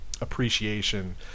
appreciation